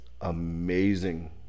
amazing